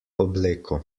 obleko